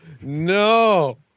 No